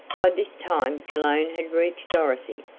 by this time cologne had reached dorothy.